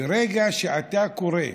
ברגע שאתה קורא,